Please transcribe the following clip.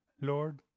Lord